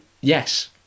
Yes